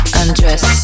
undress